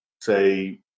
say